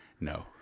No